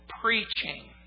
preaching